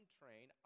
train